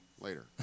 Later